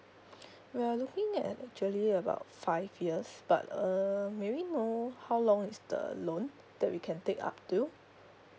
we're looking at actually about five years but uh may we know how long is the loan that we can take up to